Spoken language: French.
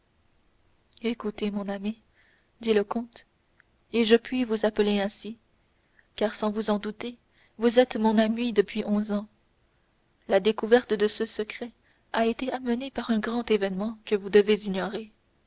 écoutez mon ami dit le comte et je puis vous appeler ainsi car sans vous en douter vous êtes mon ami depuis onze ans la découverte de ce secret a été amenée par un grand événement que vous devez ignorer